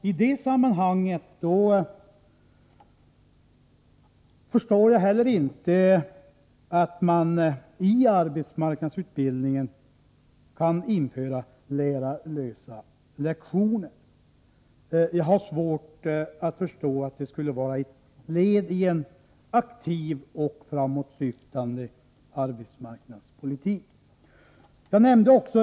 I det sammanhanget vill jag säga att jag inte förstår att man kan tänka sig att i arbetsmarknadsutbildnigen införa lärarlösa lektioner. Jag har svårt att se att det skulle vara ett led i en aktiv och framåtsyftande arbetsmarknadspolitik.